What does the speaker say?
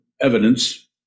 evidence